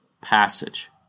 passage